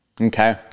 Okay